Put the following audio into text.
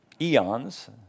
eons